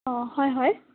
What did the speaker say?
অঁ হয় হয়